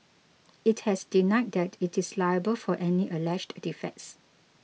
it has denied that it is liable for any alleged defects